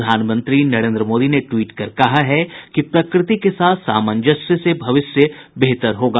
प्रधानमंत्री नरेन्द्र मोदी ने टवीट कर कहा है कि प्रकृति के साथ सामांजस्य से भविष्य बेहतर होगा